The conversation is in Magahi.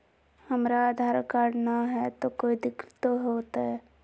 हमरा आधार कार्ड न हय, तो कोइ दिकतो हो तय?